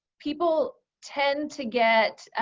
people tend to get